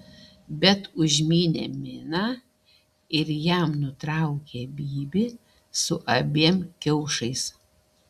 bet užmynė miną ir jam nutraukė bybį su abiem kiaušais